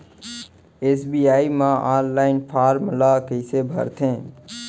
SBI म online form ल कइसे भरथे?